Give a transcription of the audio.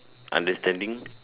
understanding